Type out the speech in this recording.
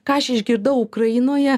ką aš išgirdau ukrainoje